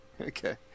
Okay